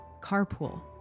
carpool